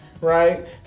right